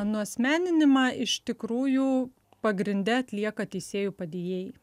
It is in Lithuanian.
nuasmeninimą iš tikrųjų pagrinde atlieka teisėjų padėjėjai